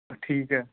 ਠੀਕ ਹੈ